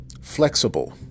flexible